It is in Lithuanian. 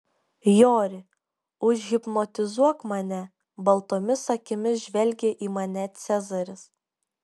jori užhipnotizuok mane baltomis akimis žvelgė į mane cezaris